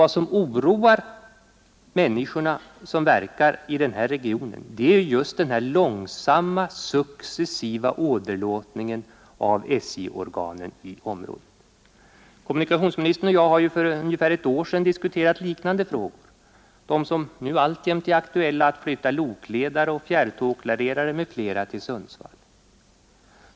Vad som oroar de människor som verkar i denna region är just den långsamma successiva åderlåtningen av SJ-organen i området. Kommunikationsministern och jag har för ungefär ett år sedan diskuterat liknande frågor, frågor som alltjämt är aktuella, nämligen att flytta lokledare och fjärrtågklarerare m.fl. till Sundsvall.